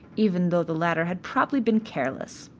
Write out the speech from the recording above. even though the latter had probably been careless.